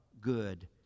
good